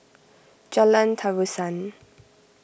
Jalan Terusan